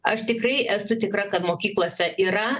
aš tikrai esu tikra kad mokyklose yra